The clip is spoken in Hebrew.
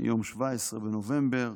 ביום 17 בנובמבר.